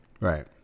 Right